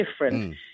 different